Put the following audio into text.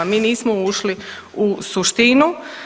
Mi nismo ušli u suštinu.